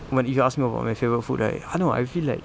but if you ask me about my favorite food right I know I feel like